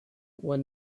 were